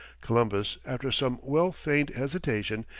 columbus, after some well feigned hesitation,